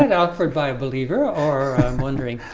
and awkward by a believer or i'm wondering